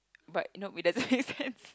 but you know it doesn't make sense